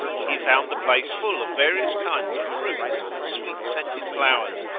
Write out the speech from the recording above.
he found the place full of various kinds of fruits and sweet-scented flowers,